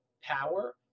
power